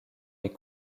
les